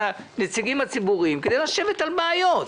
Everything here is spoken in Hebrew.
ביתנו וגם הליכוד -- כולל מיקי זוהר.